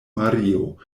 mario